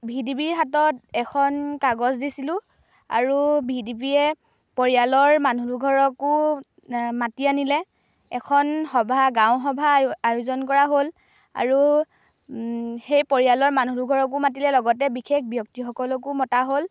ভিডিবিৰ হাতত এখন কাগজ দিছিলো আৰু ভিডিবিয়ে পৰিয়ালৰ মানুহ দুঘৰকো মাতি আনিলে এখন সভা গাঁওসভা আয়ো আয়োজন কৰা হ'ল আৰু সেই পৰিয়ালৰ মানুহ দুঘৰকো মাতিলে লগতে বিশেষ ব্যক্তিসকলকো মতা হ'ল